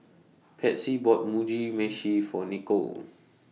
Patsy bought Mugi Meshi For Nichol